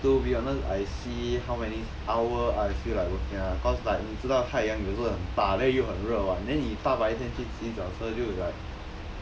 to be honest I see how many hour I feel like working ah cause like 你知道太阳有时候很大 then 又很热 [what] then 你大白天去起脚车就 like